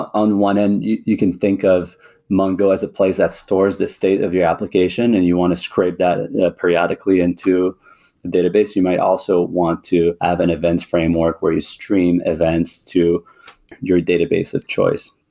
on one end, you you can think of mongo as a place that stores the state of your application and you want to scrape that periodically into a database. you might also want to have an events framework where you stream events to your database of choice.